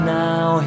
now